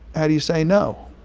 how do you say no?